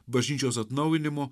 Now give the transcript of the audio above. bažnyčios atnaujinimo